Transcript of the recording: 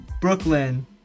Brooklyn